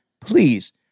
Please